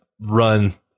run